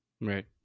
Right